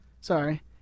Sorry